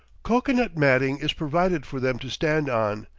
cocoanut matting is provided for them to stand on,